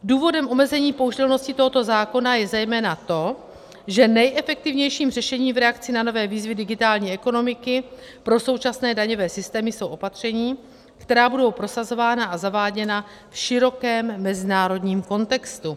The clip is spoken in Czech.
Důvodem omezení použitelnosti tohoto zákona je zejména to, že nejefektivnějším řešením v reakci na nové výzvy digitální ekonomiky pro současné daňové systémy jsou opatření, která budou prosazována a zaváděna v širokém mezinárodním kontextu.